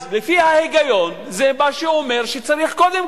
אז לפי ההיגיון זה מה שאומר שצריך קודם